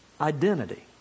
identity